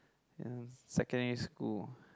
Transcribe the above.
in secondary school